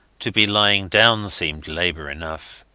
to be lying down seemed labour enough.